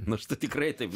nors tu tikrai taip